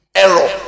error